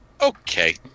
Okay